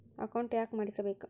Account ಯಾಕ್ ಮಾಡಿಸಬೇಕು?